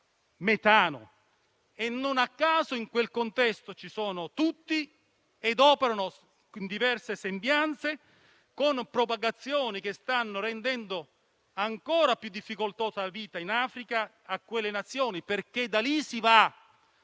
metano. Non a caso, in quel contesto ci sono tutti e operano in diverse sembianze con propagazioni che stanno rendendo ancora più difficoltosa la vita in Africa a quelle Nazioni, perché da lì si va